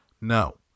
no